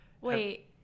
Wait